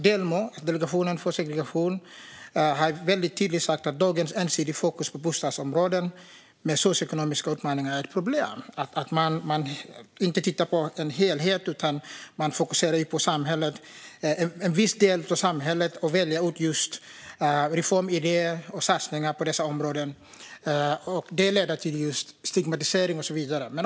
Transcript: Delmos, Delegationen mot segregation, har tydligt sagt att dagens ensidiga fokus på bostadsområden med socioekonomiska utmaningar är ett problem. Man tittar inte på en helhet utan fokuserar på en viss del av samhället och väljer ut just reformidéer och satsningar på dessa områden. Det leder till stigmatisering och så vidare.